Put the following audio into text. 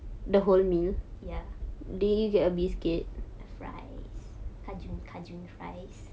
ya a fries cajun cajun fries